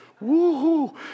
woo-hoo